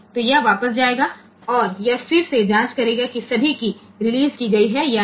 तो यह वापस जायेगा और यह फिर से जांच करेगा कि सभी कीय रिलीज़ की गई हैं या नहीं